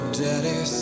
daddy